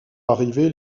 arrivée